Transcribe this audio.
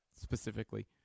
specifically